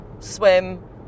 swim